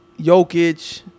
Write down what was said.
Jokic